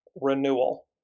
renewal